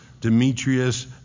Demetrius